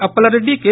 Appalareddy K